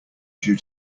due